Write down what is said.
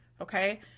okay